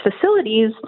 facilities